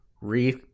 re